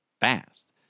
fast